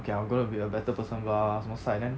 okay I'm gonna be a better person blah blah 什么 sai then